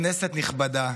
כנסת נכבדה,